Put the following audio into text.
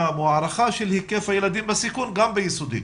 או הערכה של היקף הילדים בסיכון גם ביסודי.